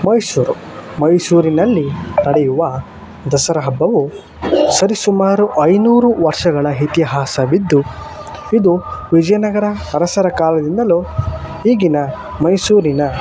ಮೈಸೂರು ಮೈಸೂರಿನಲ್ಲಿ ನಡೆಯುವ ದಸರಾ ಹಬ್ಬವು ಸರಿ ಸುಮಾರು ಐನೂರು ವರ್ಷಗಳ ಇತಿಹಾಸವಿದ್ದು ಇದು ವಿಜಯನಗರ ಅರಸರ ಕಾಲದಿಂದಲೂ ಈಗಿನ ಮೈಸೂರಿನ